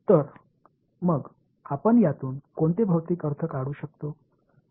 तर मग आपण यातून कोणते भौतिक अर्थ काढू शकतो